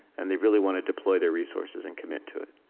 and they really want to deploy their resources and commit to it